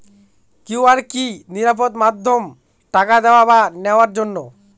QR কি নিরাপদ মাধ্যম টাকা দেওয়া বা নেওয়ার জন্য?